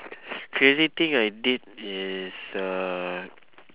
crazy thing I did is uh